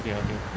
okay okay